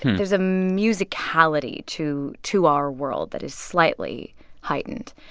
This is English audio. there's a musicality to to our world that is slightly heightened.